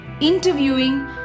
interviewing